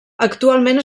actualment